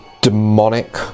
demonic